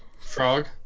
Frog